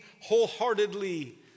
wholeheartedly